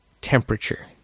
temperature